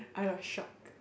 I got a shock